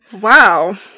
Wow